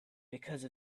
because